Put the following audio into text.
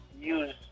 use